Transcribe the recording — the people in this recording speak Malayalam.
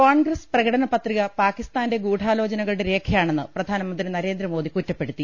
കോൺഗ്രസ് പ്രകടനപത്രിക പാകിസ്താന്റെ ഗൂഡാലോചനകളുടെ രേഖയാണെന്ന് പ്രധാനമന്ത്രി നരേന്ദ്രമോദി കുറ്റപ്പെടുത്തി